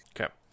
Okay